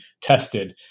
tested